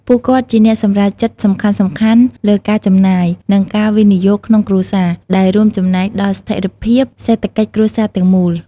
ពួកគាត់ជាអ្នកសម្រេចចិត្តសំខាន់ៗលើការចំណាយ និងការវិនិយោគក្នុងគ្រួសារ ដែលរួមចំណែកដល់ស្ថិរភាពសេដ្ឋកិច្ចគ្រួសារទាំងមូល។